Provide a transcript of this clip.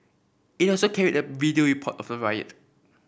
it also carried a video report of the riot